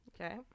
Okay